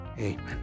amen